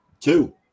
Two